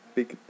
big